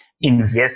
invest